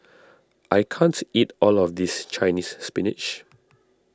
I can't eat all of this Chinese Spinach